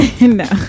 No